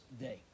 day